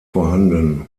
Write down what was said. vorhanden